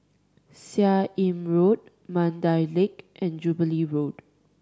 Seah Im Road Mandai Lake and Jubilee Road